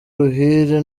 ruhire